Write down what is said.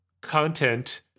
content